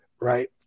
Right